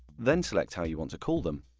then select how you want to call them,